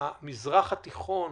המזרח התיכון